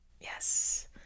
yes